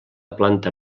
planta